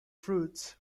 fruits